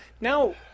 Now